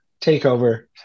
takeover